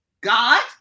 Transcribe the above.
God